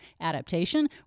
adaptation